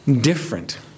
different